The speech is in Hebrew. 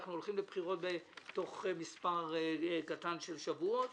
אנחנו הולכים לבחירות בתוך מספר קטן של שבועות.